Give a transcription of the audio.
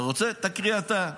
אתה רוצה, תקריא אתה.